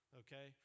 okay